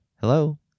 Hello